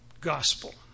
gospel